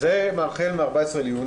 זה החל מ-14 ביוני.